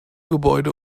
gebäude